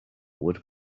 would